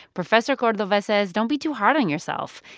professor cordova says don't be too hard on yourself.